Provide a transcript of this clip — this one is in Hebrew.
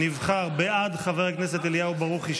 בעד חבר הכנסת אליהו ברוכי,